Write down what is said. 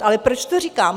Ale proč to říkám?